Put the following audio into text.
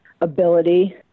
ability